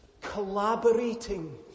collaborating